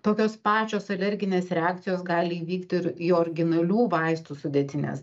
tokios pačios alerginės reakcijos gali įvykt ir į originalių vaistų sudėtines